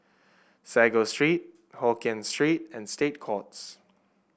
Sago Street Hokkien Street and State Courts